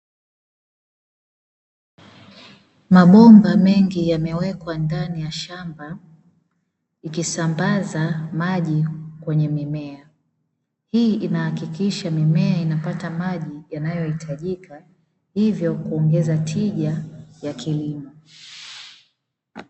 Mabomba mengi yamewekwa ndani ya shamba, ikisambaza maji kwenye mimea. Hii inahakikisha mimea inapata maji yanayohitajika hivyo kuongeza tija ya kilimo.